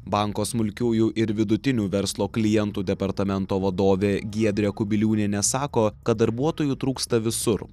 banko smulkiųjų ir vidutinių verslo klientų departamento vadovė giedrė kubiliūnienė sako kad darbuotojų trūksta visur